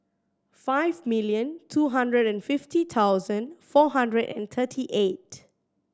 five million two hundred and fifty thousand four hundred and thirty eight